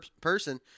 person